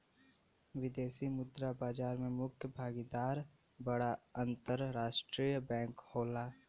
विदेशी मुद्रा बाजार में मुख्य भागीदार बड़ा अंतरराष्ट्रीय बैंक होला